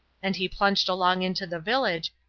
and he plunged along into the village,